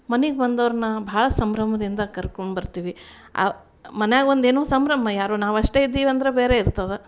ಮನೆಗೆ ಬಂದವ್ರನ್ನ ಭಾಳ ಸಂಭ್ರಮದಿಂದ ಕರ್ಕೊಂಡು ಬರ್ತೀವಿ ಮನ್ಯಾಗೊಂದು ಏನೋ ಸಂಭ್ರಮ ಯಾರೋ ನಾವಷ್ಟೇ ಇದ್ದೀವಂದ್ರೆ ಬೇರೆ ಇರ್ತದೆ